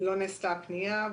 לא נעשתה פנייה.